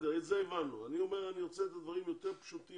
את זה הבנו אבל אני אומר אני רוצה לעשות את הדברים יותר פשוטים.